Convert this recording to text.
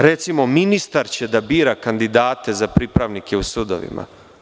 Recimo – ministar će da bira kandidate za pripravnike u sudovima.